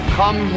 come